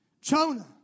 Jonah